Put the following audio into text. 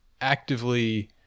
actively